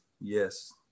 Yes